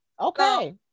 Okay